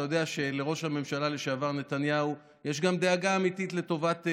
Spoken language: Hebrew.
אתה יודע שלראש הממשלה לשעבר נתניהו יש גם דאגה אמיתית לטובת,